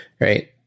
Right